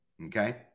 Okay